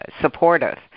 supportive